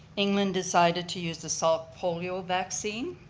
england decided to use the salk polio vaccine.